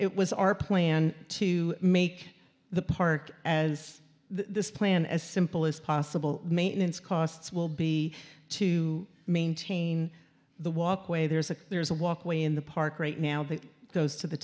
it was our plan to make the park as this plan as simple as possible maintenance costs will be to maintain the walkway there's a there's a walkway in the park right now that goes to the